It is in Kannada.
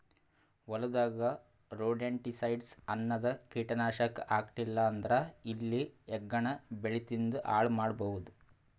ಹೊಲದಾಗ್ ರೊಡೆಂಟಿಸೈಡ್ಸ್ ಅನ್ನದ್ ಕೀಟನಾಶಕ್ ಹಾಕ್ಲಿಲ್ಲಾ ಅಂದ್ರ ಇಲಿ ಹೆಗ್ಗಣ ಬೆಳಿ ತಿಂದ್ ಹಾಳ್ ಮಾಡಬಹುದ್